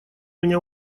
меня